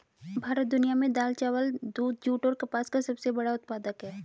भारत दुनिया में दाल, चावल, दूध, जूट और कपास का सबसे बड़ा उत्पादक है